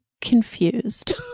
confused